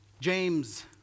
James